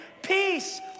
Peace